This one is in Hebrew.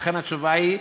התשובה היא,